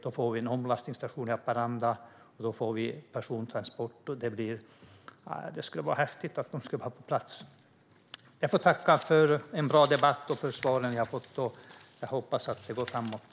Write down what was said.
Då får vi en omlastningsstation i Haparanda och persontransport. Det skulle vara häftigt att få detta på plats! Jag får tacka för en bra debatt och för de svar jag har fått. Jag hoppas att det går framåt.